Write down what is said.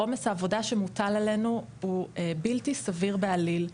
עומס העבודה שמוטל עלינו הוא בלתי סביר בעליל.